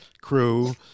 crew